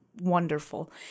wonderful